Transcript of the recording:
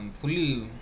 fully